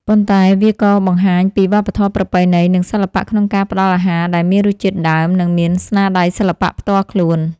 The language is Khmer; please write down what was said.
ប៉ុន្តែវាក៏បង្ហាញពីវប្បធម៌ប្រពៃណី និងសិល្បៈក្នុងការផ្ដល់អាហារដែលមានរសជាតិដើម និងមានស្នាដៃសិល្បៈផ្ទាល់ខ្លួន។